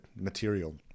material